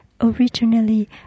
originally